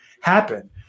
happen